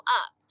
up